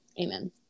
amen